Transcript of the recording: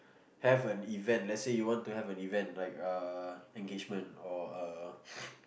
have an event let's say you want to have an event like a engagement or a